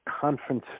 conference